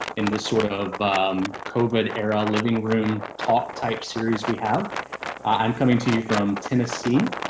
in this sort of of um covid era living room talk type series, we have i'm coming to you from tennessee.